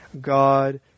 God